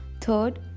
third